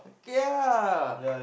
okay ah